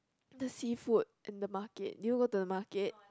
the seafood in the market do you go to the market